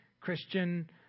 Christian